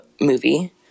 movie